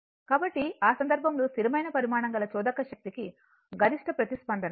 కాబట్టి ఆ సందర్భంలో స్థిరమైన పరిమాణం గల చోదక శక్తి కి గరిష్ట ప్రతిస్పందన ఉంటుంది